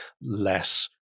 less